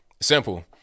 Simple